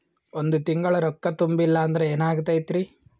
ಒಂದ ತಿಂಗಳ ರೊಕ್ಕ ತುಂಬಿಲ್ಲ ಅಂದ್ರ ಎನಾಗತೈತ್ರಿ?